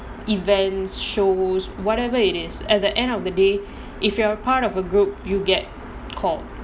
event shows whatever it is at the end of the day if you are a part of a group you get called